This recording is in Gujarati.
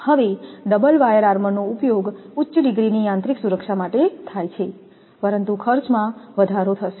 હવે ડબલ વાયર આર્મર નો ઉપયોગ ઉચ્ચ ડિગ્રીની યાંત્રિક સુરક્ષા માટે થાય છે પરંતુ ખર્ચમાં વધારો થશે